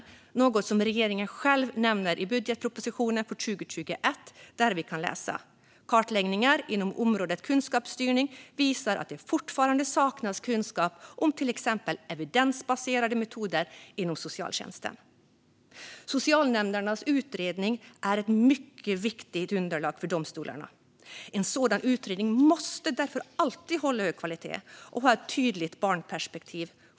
Detta är något som regeringen själv nämner i budgetpropositionen för 2021, där vi kan läsa: Kartläggningar inom området kunskapsstyrning visar att det fortfarande saknas kunskap om till exempel evidensbaserade metoder inom socialtjänsten. Socialnämndernas utredning är ett mycket viktigt underlag för domstolarna. En sådan utredning måste därför alltid hålla hög kvalitet och ha ett tydligt barnperspektiv.